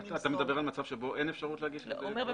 אתה מדבר על מצב שבו אין אפשרות להגיש את זה מקוון?